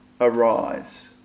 arise